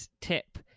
tip